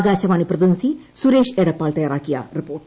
ആകാശവാണി പ്രതിനിധി സുരേഷ് എടപ്പാൾ തയ്യാറാക്കിയ റിപ്പോർട്ട്